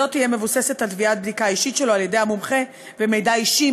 וזו תהיה מבוססת על בדיקה אישית שלו על-ידי המומחה ומידע אישי,